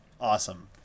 awesome